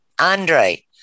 Andre